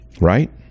right